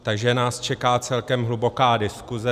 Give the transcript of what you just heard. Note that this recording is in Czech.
Takže nás čeká celkem hluboká diskuse.